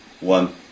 one